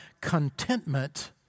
contentment